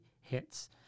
hits